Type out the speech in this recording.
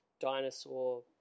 dinosaur